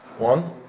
One